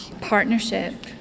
partnership